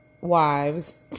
wives